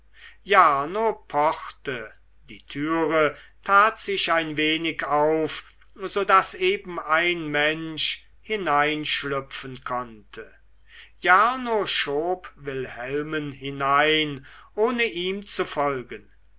jarno pochte die türe tat sich ein wenig auf so daß ein mensch hineinschlüpfen konnte jarno schob wilhelmen hinein ohne ihm zu folgen